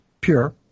pure